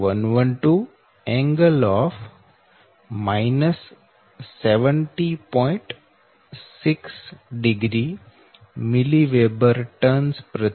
6º mWb TKms થશે